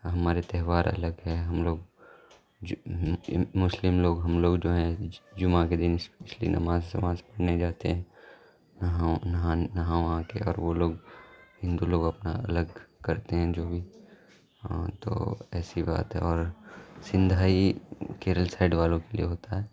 ہمارے تہوار الگ ہیں ہم لوگ مسلم لوگ ہم لوگ جو ہیں جمہ کے دن اسپیشلی نماز سماز پڑھنے جاتے ہیں نہا نہا نہاواں کے اور وہ لوگ ہندو لوگ اپنا الگ کرتے ہیں جو بھی ہاں تو ایسی بات ہے اور سندھائی کیرل سائڈ والوں کے لیے ہوتا ہے